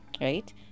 right